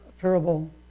parable